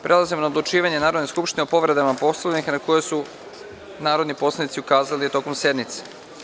Prelazimo na odlučivanje Narodne skupštine o povredama Poslovnika na koje su narodni poslanici ukazali tokom sednice.